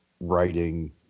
writing